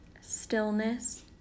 stillness